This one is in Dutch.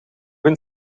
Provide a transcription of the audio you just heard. een